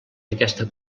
aquesta